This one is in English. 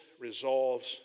resolves